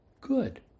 good